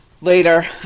later